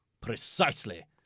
Precisely